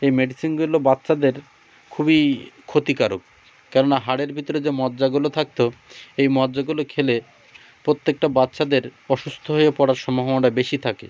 এই মেডিসিনগুলো বাচ্চাদের খুবই ক্ষতিকারক কেননা হাড়ের ভিতরে যে মজ্জাগুলো থাকতো এই মজ্জাগুলো খেলে প্রত্যেকটা বাচ্চাদের অসুস্থ হয়ে পড়ার সম্ভাবনাটা বেশি থাকে